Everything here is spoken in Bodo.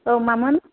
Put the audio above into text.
औ मामोन